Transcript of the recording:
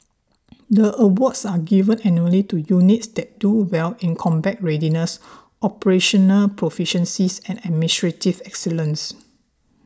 the awards are given annually to units that do well in combat readiness operational proficiencies and administrative excellence